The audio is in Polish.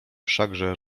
wszakże